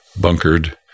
bunkered